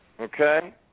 Okay